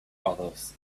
others